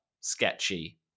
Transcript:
sketchy